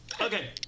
Okay